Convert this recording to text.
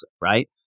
right